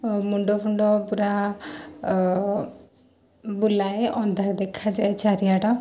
ମୁଣ୍ଡ ଫୁଣ୍ଡ ପୁରା ବୁଲାଏ ଅନ୍ଧାର ଦେଖାଯାଏ ଚାରିଆଡ଼